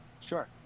Sure